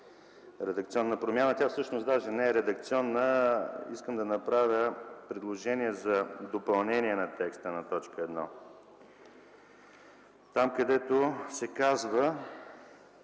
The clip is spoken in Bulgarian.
редакционна промяна. Тя всъщност даже не е редакционна, а искам да направя предложение за допълнение на текста на т. 1 – там, където се казва,